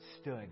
stood